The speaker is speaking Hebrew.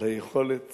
על היכולת